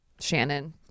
Shannon